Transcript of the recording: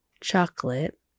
Chocolate